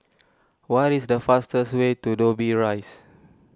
what is the fastest way to Dobbie Rise